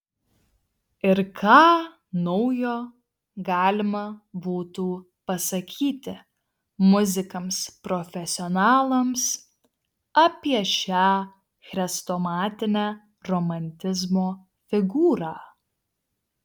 ir ką naujo galima būtų pasakyti muzikams profesionalams apie šią chrestomatinę romantizmo figūrą